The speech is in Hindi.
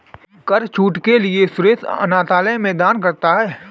कर छूट के लिए सुरेश अनाथालय में दान करता है